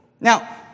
Now